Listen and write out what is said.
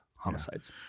homicides